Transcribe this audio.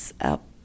up